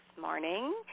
morning